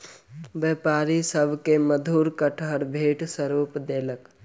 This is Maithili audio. व्यापारी सभ के मधुर कटहर भेंट स्वरूप देलक